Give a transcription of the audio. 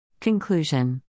Conclusion